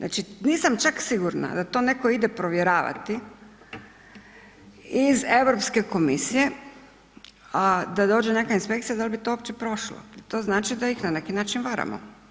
Nisam čak sigurna da to neko ide provjeravati iz Europske komisije, a da dođe neka inspekcija dal bi to uopće prošlo i to znači da ih na neki način varamo.